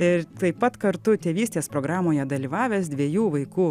ir taip pat kartu tėvystės programoje dalyvavęs dviejų vaikų